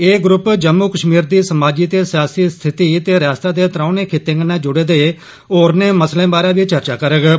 एह ग्रूप जम्मू कश्मीर दी समाजी ते सियासी स्थिति ते रियास्ता दे त्रौने खित्ते कन्नै जुड़े दे होरने मसलें बारै बी चर्चा करगे